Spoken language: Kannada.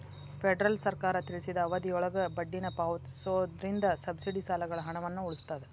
ಫೆಡರಲ್ ಸರ್ಕಾರ ತಿಳಿಸಿದ ಅವಧಿಯೊಳಗ ಬಡ್ಡಿನ ಪಾವತಿಸೋದ್ರಿಂದ ಸಬ್ಸಿಡಿ ಸಾಲಗಳ ಹಣವನ್ನ ಉಳಿಸ್ತದ